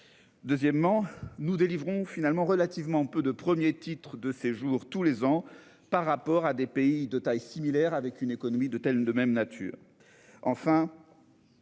Deuxièmement nous délivrons finalement relativement peu de 1er titre de séjour. Tous les ans par rapport à des pays de taille similaire avec une économie de telles de même nature. Enfin.